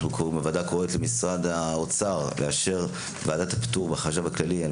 קוראת למשרד האוצר לאשר ועדת פטור בחשב הכללי על